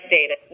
data